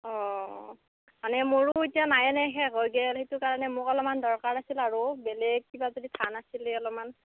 অ' মানে মোৰো এতিয়া নায়েই ন শেষ হৈ গেল সেইটো কাৰণে মোক অলপমান দৰকাৰ আছিল আৰু বেলেগ কিবা যদি ধান আছিল অলপমান